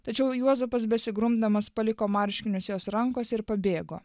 tačiau juozapas besigrumdamas paliko marškinius jos rankose ir pabėgo